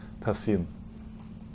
perfume